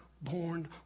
born